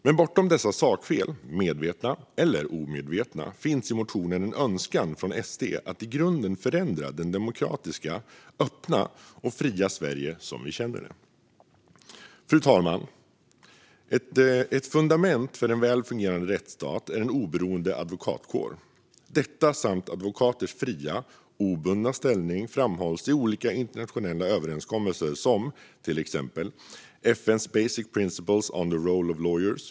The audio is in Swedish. Men bortom dessa sakfel, medvetna eller omedvetna, finns i motionerna en önskan från SD att i grunden förändra det demokratiska, öppna och fria Sverige som vi känner det. Fru talman! Ett fundament för en väl fungerande rättsstat är en oberoende advokatkår. Detta samt advokaters fria, obundna ställning framhålls i olika internationella överenskommelser, till exempel FN:s Basic Principles on the Role of Lawyers.